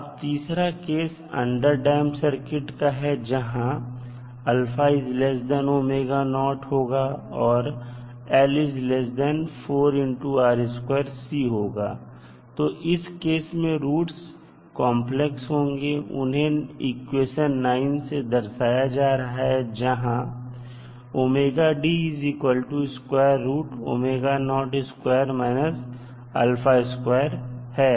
अब तीसरा case underdamp circuit का है जहां होगा और होगा तो इस केस में रूट कॉन्प्लेक्स होंगे और उन्हें इक्वेशन 9 से दर्शाया जा रहा है जहां है